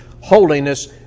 holiness